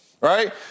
Right